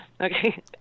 Okay